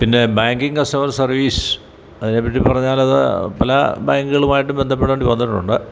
പിന്നെ banking customer service അതിനേപ്പറ്റിപ്പറഞ്ഞാലത് പല ബാങ്കുകളുമായിട്ട് ബന്ധപ്പെടേണ്ടി വന്നിട്ടുണ്ട്